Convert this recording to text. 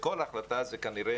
בכל החלטה, זאת כנראה